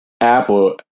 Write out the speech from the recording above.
Apple